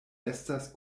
estas